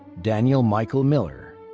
daniel michael miller.